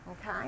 Okay